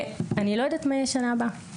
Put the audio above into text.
אני לא יודעת מה יהיה בשנה הבאה.